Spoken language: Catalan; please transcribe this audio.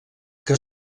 que